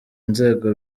nzego